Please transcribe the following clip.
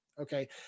Okay